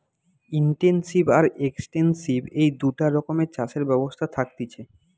intensive আর extensive এই দুটা রকমের চাষের ব্যবস্থা থাকতিছে